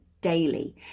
daily